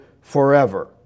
forever